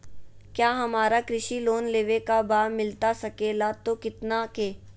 क्या हमारा कृषि लोन लेवे का बा मिलता सके ला तो कितना के?